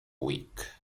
week